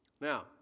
Now